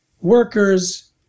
workers